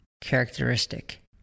characteristic